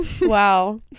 wow